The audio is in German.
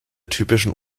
typischen